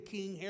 King